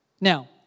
Now